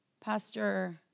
Pastor